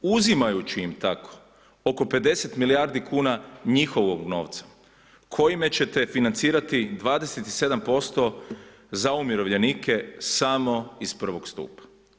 Uzimajući im tako oko 50 milijardi kuna njihovog novca kojim će te financirati 27% za umirovljenike samo iz prvog stupa.